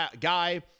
guy